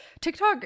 tiktok